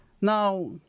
Now